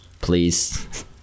please